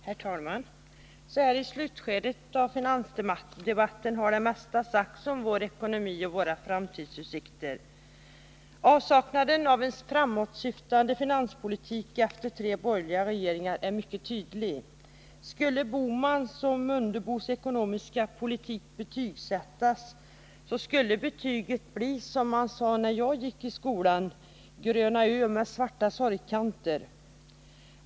Herr talman! Så här i slutskedet av finansdebatten har det mesta sagts om vår ekonomi och våra framtidsutsikter. Avsaknaden av en framåtsyftande finanspolitik är efter tre borgerliga regeringar nu mycket tydlig. Skulle Gösta Bohmans och Ingemar Mundebos ekonomiska politik betygsättas skulle betyget bli, som man sade när jag gick i skolan, gröna Ö med svarta sorgkanter.